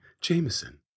Jameson